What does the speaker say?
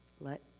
let